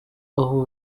aho